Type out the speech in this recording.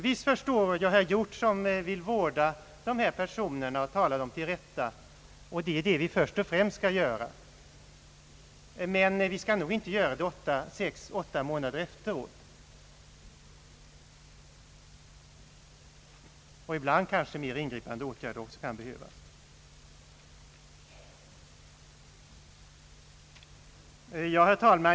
Visst förstår jag herr Hjort som vill låta vårda dessa personer och tala dem till rätta, och det är vad vi först och främst skall göra. Men vi skall nog inte göra det först sex å åtta månader efteråt, och ibland kanske mer ingripande åtgärder också kan behövas. Herr talman!